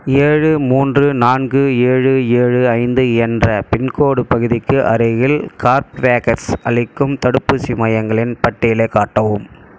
ஏழு மூன்று நான்கு ஏழு ஏழு ஐந்து என்ற பின்கோட் பகுதிக்கு அருகில் கார்ப் வேக்ஸ் அளிக்கும் தடுப்பூசி மையங்களின் பட்டியலைக் காட்டவும்